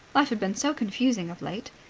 life had been so confusing of late.